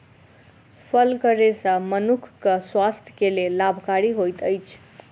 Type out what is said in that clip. फलक रेशा मनुखक स्वास्थ्य के लेल लाभकारी होइत अछि